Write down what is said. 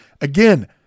again